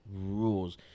rules